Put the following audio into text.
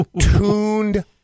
tuned